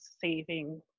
saving